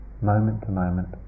moment-to-moment